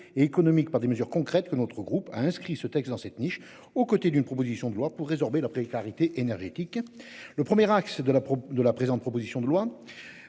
et économiques par des mesures concrètes que notre groupe a inscrit ce texte dans cette niche aux côtés d'une proposition de loi pour résorber la précarité énergétique. Le premier axe de la de la présente, proposition de loi.